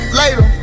later